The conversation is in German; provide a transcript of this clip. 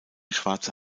schwarze